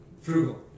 Frugal